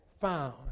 found